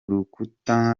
rukuta